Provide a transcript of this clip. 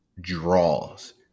draws